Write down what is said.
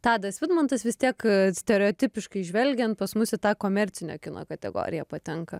tadas vidmantas vis tiek stereotipiškai žvelgiant pas mus į tą komercinio kino kategoriją patenka